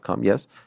Yes